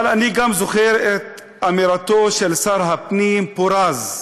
אבל אני גם זוכר את אמירתו של שר הפנים פורז,